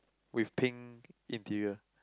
with pink interior